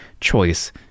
choice